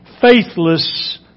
faithless